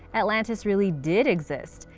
atlantis really did exist,